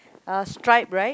uh striped right